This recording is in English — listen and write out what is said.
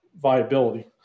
viability